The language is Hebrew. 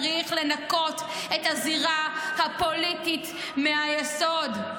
צריך לנקות את הזירה הפוליטית מהיסוד,